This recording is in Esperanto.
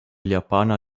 japana